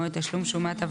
אם תשכחו לעשות את זה.